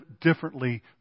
differently